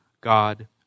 God